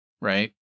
right